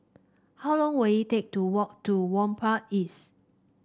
how long will it take to walk to Whampoa East